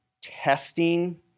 testing